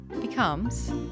becomes